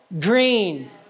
green